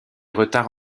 retards